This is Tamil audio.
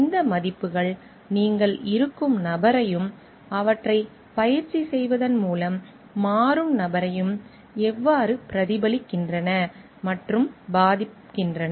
இந்த மதிப்புகள் நீங்கள் இருக்கும் நபரையும் அவற்றைப் பயிற்சி செய்வதன் மூலம் மாறும் நபரையும் எவ்வாறு பிரதிபலிக்கின்றன மற்றும் பாதிக்கின்றன